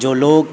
جو لوگ